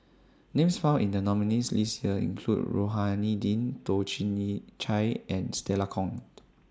Names found in The nominees' list This Year include Rohani Din Toh Chin NE Chye and Stella Kon